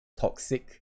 toxic